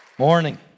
Morning